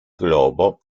globo